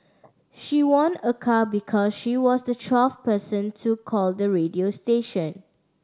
she won a car because she was the twelfth person to call the radio station